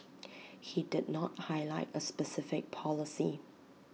he did not highlight A specific policy